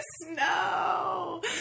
No